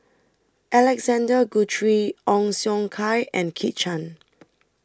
Alexander Guthrie Ong Siong Kai and Kit Chan